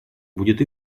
будет